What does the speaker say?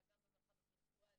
אלא גם במרחב הווירטואלי.